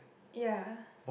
ya